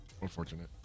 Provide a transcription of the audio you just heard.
Unfortunate